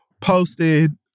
posted